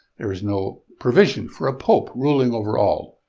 there is no provision for a pope ruling over all,